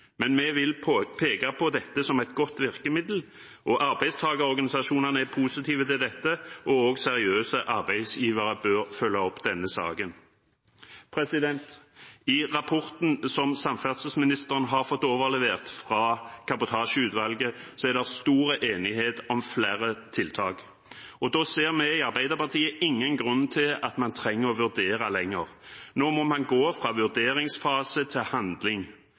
Men vi vil peke på dette som et godt virkemiddel. Arbeidstakerorganisasjonene er positive til dette, og også seriøse arbeidsgivere bør følge opp denne saken. I rapporten som samferdselsministeren har fått overlevert fra Kabotasjeutvalget, er det stor enighet om flere tiltak. Da ser vi i Arbeiderpartiet ingen grunn til at man trenger å vurdere mer. Nå må man gå fra en vurderingsfase til handling.